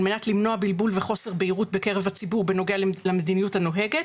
על מנת למנוע בלבול וחוסר בהירות בקרב הציבור בנוגע למדיניות הנוהגת,